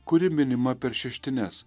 kuri minima per šeštines